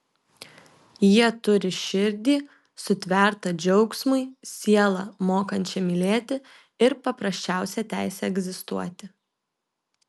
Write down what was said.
jie turi širdį sutvertą džiaugsmui sielą mokančią mylėti ir paprasčiausią teisę egzistuoti